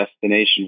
destination